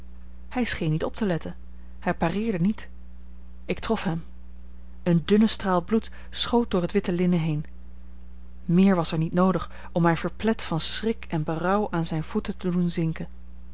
hij scheen niet op te letten hij pareerde niet ik trof hem een dunne straal bloed schoot door het witte linnen heen meer was er niet noodig om mij verplet van schrik en berouw aan zijne voeten te doen zinken